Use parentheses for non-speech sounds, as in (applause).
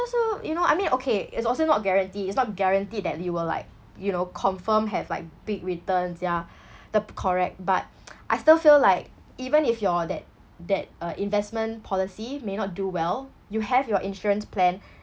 so you know I mean okay it's also not guarantee is not guaranteed that you will like you know confirm have like big returns ya (breath) the correct but (noise) I still feel like even if your that that uh investment policy may not do well you have your insurance plan